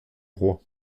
roi